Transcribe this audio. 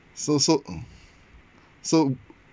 so so mm so